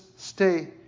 Stay